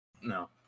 No